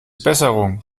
besserung